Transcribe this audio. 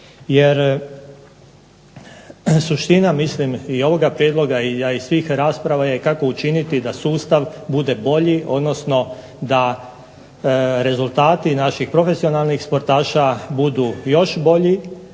Jer suština ovog Prijedloga i svih rasprava je kako učiniti da sustav bude bolje, odnosno da rezultati naših profesionalnih sportaša budu još bolji,